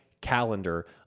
calendar